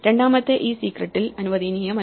രണ്ടാമത്തെ ഇ secretൽ അനുവദനീയമല്ല